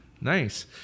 Nice